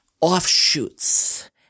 offshoots